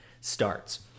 starts